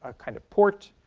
a kind of port,